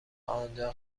آنجا